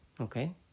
okay